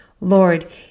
Lord